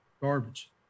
garbage